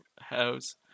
house